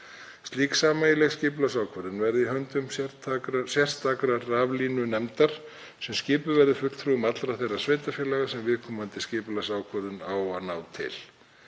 Slík sameiginleg skipulagsákvörðun verði í höndum sérstakrar raflínunefndar sem skipuð verði fulltrúum allra þeirra sveitarfélaga sem viðkomandi skipulagsákvörðun á að ná til.